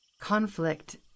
Conflict